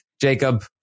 Jacob